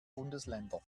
bundesländer